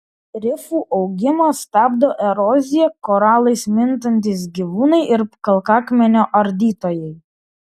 rifų augimą stabdo erozija koralais mintantys gyvūnai ir kalkakmenio ardytojai